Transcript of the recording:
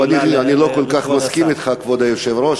טוב, אני לא כל כך מסכים אתך, כבוד היושב-ראש.